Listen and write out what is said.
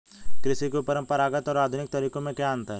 कृषि के परंपरागत और आधुनिक तरीकों में क्या अंतर है?